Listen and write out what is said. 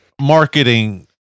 marketing